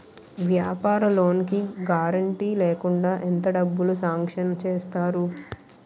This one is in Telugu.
వ్యాపార లోన్ కి గారంటే లేకుండా ఎంత డబ్బులు సాంక్షన్ చేస్తారు?